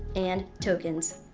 and tokens.